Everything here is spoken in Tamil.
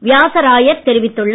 வியாசராயர் தெரிவித்துள்ளார்